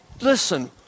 Listen